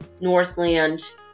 Northland